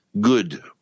good